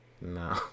No